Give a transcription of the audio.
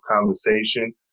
conversation